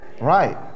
Right